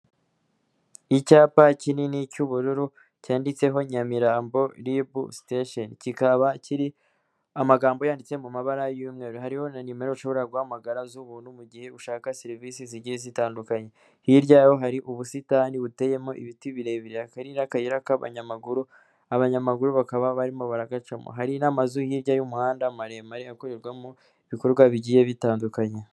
Icyapa kinini cy'ubururu, cyanditseho Nyamirambo RIB station, kikaba kiri amagambo yanditse mu mabara y'umweru, hariho na nimero ushobora guhamagara z'ubuntu mu gihe ushaka serivisi zigiye zitandukanye, hirya yaho hari ubusitani buteyemo ibiti birebire, hakaba hari n'akayira k'abanyamaguru, abanyamaguru bakaba barimo baragacamo, hari n'amazu hirya y'umuhanda maremare, akorerwamo ibikorwa bigiye bitandukanye.